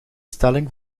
stelling